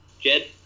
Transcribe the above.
Jed